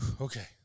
Okay